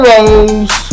Rose